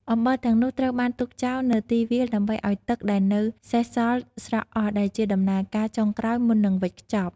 អំបិលទាំងនោះត្រូវបានទុកចោលនៅទីវាលដើម្បីឲ្យទឹកដែលនៅសេសសល់ស្រក់អស់ ដែលជាដំណើរការចុងក្រោយមុននឹងវេចខ្ចប់។